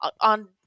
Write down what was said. on